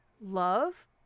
love